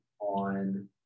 On